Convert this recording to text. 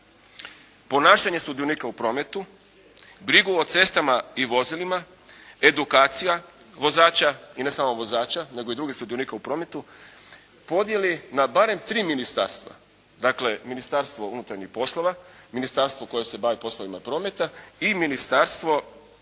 ponašanje sudionika u prometu, brigu o cestama i vozilima, edukacija vozača, i ne samo vozača nego i drugih sudionika u prometu podnijeli na barem 3 ministarstva. Dakle, Ministarstvo unutarnjih poslova, ministarstvo koje se bavi poslovima prometa i Ministarstvo